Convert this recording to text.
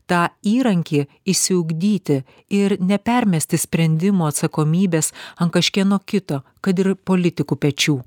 tą įrankį išsiugdyti ir nepermesti sprendimo atsakomybės ant kažkieno kito kad ir politikų pečių